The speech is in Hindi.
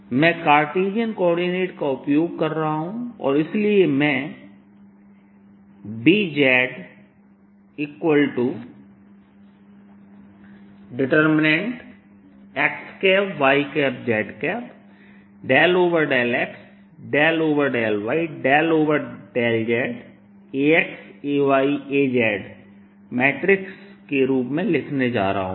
मैं कार्टेशियन कोऑर्डिनेट का उपयोग कर रहा हूं इसलिए मैं इसे मैट्रिक्स के रूप में लिखने जा रहा हूं